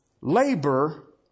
labor